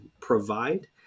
provide